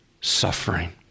suffering